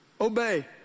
Obey